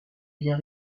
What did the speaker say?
bien